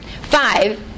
five